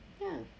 ya